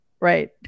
Right